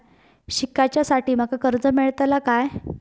शिकाच्याखाती माका कर्ज मेलतळा काय?